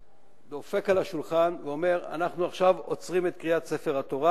דופק על השולחן ואומר: אנחנו עכשיו עוצרים את קריאת ספר התורה,